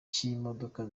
cy’imodoka